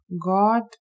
God